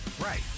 Right